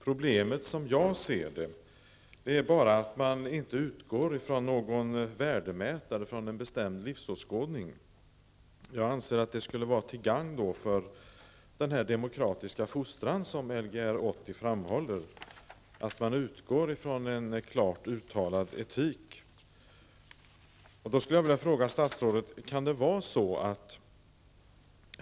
Problemet som jag ser det är att man inte utgår från någon värdemätare, från en bestämd livsåskådning. Jag anser att det skulle vara till gagn för den demokratiska fostran som Lgr 80 framhåller, dvs. att man skall utgå från en klart uttalad etik.